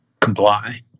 comply